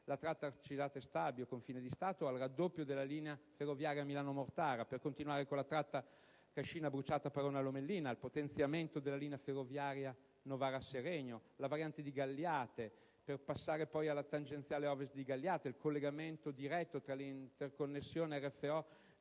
alla tratta Arcisate-confine di Stato, al raddoppio della linea ferroviaria Milano-Mortara, alla tratta Cascina Bruciata-Parona Lomellina, al potenziamento della linea ferroviaria Novara-Seregno-Variante di Galliate, alla Variante di Galliate, per passare poi alla tangenziale ovest di Galliate, al collegamento diretto tra l'interconnessione RFO